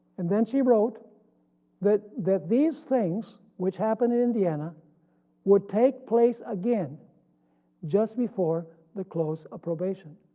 and then she wrote that that these things which happen in indiana would take place again just before the close of probation,